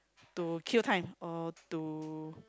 to kill time or to